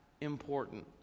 important